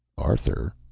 arthur?